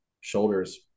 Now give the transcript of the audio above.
shoulders